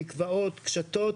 מגבעות וקשתות.